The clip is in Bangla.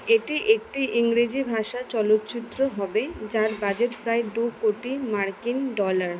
এটি একটি ইংরেজি ভাষার চলচ্চিত্র হবে যার বাজেট প্রায় দু কোটি মার্কিন ডলার